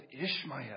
Ishmael